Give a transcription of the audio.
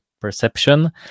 perception